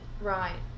Right